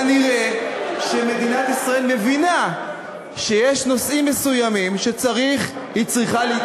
כנראה שמדינת ישראל מבינה שיש נושאים מסוימים שהיא צריכה,